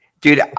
dude